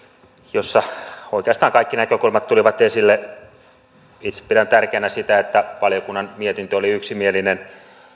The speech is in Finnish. jossa oikeastaan kaikki näkökulmat tulivat esille itse pidän tärkeänä sitä että valiokunnan mietintö oli yksimielinen